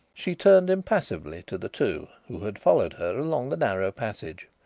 she turned impassively to the two who had followed her along the narrow passage.